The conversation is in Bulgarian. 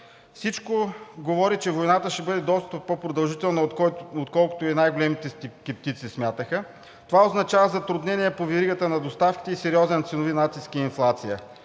Всичко говори, че войната ще бъде доста по-продължителна, отколкото и най-големите скептици смятаха. Това означава затруднения по веригата на доставките и сериозен ценови натиск и инфлация.